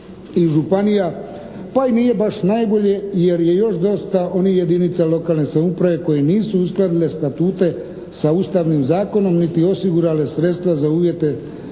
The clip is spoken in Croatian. i županija pa i nije baš najbolje jer je još dosta onih jedinica lokalne samouprave koje nisu uskladile statute sa Ustavnim zakonom niti osigurale sredstva za uvjete rada